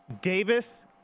Davis